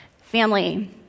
Family